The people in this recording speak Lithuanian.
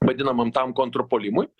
vadinamam tam kontrpuolimui